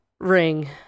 ring